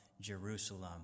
Jerusalem